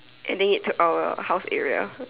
and then it took our house area